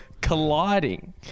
colliding